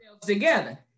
together